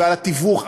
והתיווך,